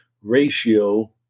ratio